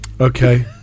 Okay